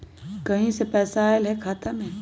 कहीं से पैसा आएल हैं खाता में?